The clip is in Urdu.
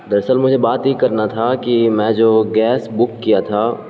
دراصل مجھے بات یہ کرنا تھا کہ میں جو گیس بک کیا تھا